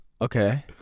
Okay